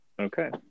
Okay